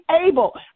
able